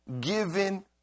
given